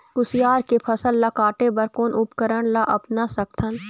कुसियार के फसल ला काटे बर कोन उपकरण ला अपना सकथन?